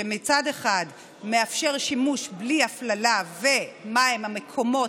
שמצד אחד מאפשר שימוש בלי אפליה ומהם המקומות,